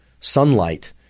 sunlight